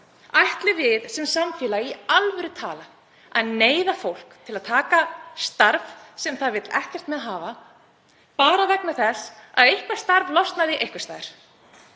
Ætlum við sem samfélag í alvöru að neyða fólk til að taka starf sem það vill ekkert með hafa bara vegna þess að eitthvert starf losnaði einhvers staðar?